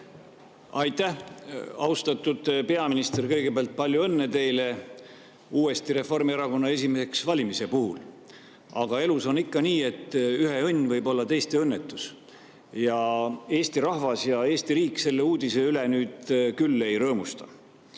Aitäh! Austatud peaminister! Kõigepealt palju õnne teile uuesti Reformierakonna esimeheks valimise puhul! Elus on ikka nii, et ühe õnn võib olla teiste õnnetus, ja eesti rahvas ja Eesti riik selle uudise üle nüüd küll ei rõõmusta.